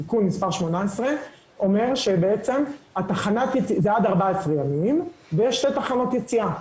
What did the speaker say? תיקון מס' 18 אומר שזה עד 14 ימים ויש שתי תחנות יציאה,